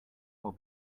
will